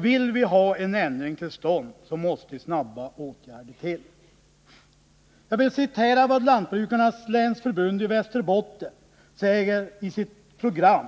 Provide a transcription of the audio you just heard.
Vill vi ha en ändring till stånd måste snabba åtgärder till. Jag vill citera vad Lantbrukarnas länsförbund i Västerbotten säger i sitt program